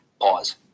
Pause